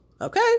Okay